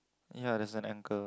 ya there's an anchor